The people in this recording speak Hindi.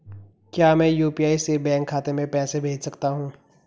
क्या मैं यु.पी.आई से बैंक खाते में पैसे भेज सकता हूँ?